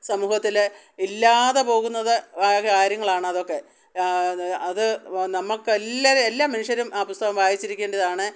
സമൂഹത്തിലെ ഇല്ലാതെ പോകുന്നത് ആ കാര്യങ്ങളാണ് അതൊക്കെ അത് നമുക്കെല്ലാവരും എല്ലാ മനുഷ്യരും ആ പുസ്തകം വായിച്ചിരിക്കേണ്ടിയതാണ്